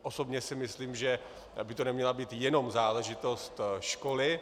Osobně si myslím, že by to neměla být jenom záležitost školy.